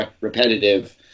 repetitive